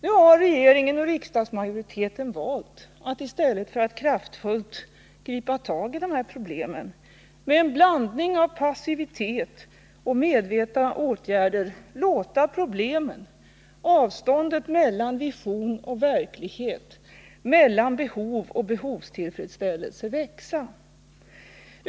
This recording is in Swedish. Men regeringen och riksdagsmajoriteten har valt att, i stället för att kraftfullt gripa tag i dem, med en blandning av passivitet och medvetna åtgärder låta problemen, avstånden mellan vision och verklighet, mellan behov och behovstillfredsställelse växa.